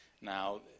Now